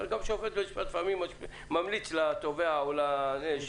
אדם שעומד בבית המשפט לפעמים ממליץ לתובע או לנתבע